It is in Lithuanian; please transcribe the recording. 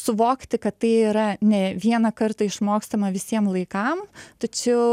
suvokti kad tai yra ne vieną kartą išmokstama visiem laikam tačiau